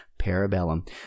Parabellum